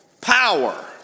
power